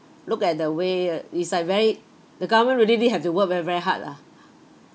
look at the way it's like very the government really need have to work very very hard ah